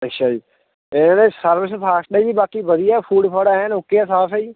ਅੱਛਾ ਜੀ ਇਹਦੇ ਸਰਵਿਸ ਫਾਸਟ ਹੈ ਜੀ ਬਾਕੀ ਵਧੀਆ ਫੂਡ ਫਾਡ ਐਨ ਓਕੇ ਹੈ ਸਾਫ਼ ਹੈ ਜੀ